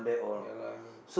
ya lah I mean